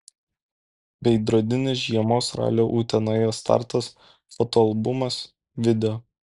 veidrodinis žiemos ralio utenoje startas fotoalbumas video